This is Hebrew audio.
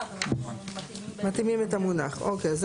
כל